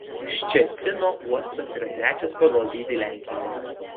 ščecino uostas yra trečias pagal dydį lenkijoje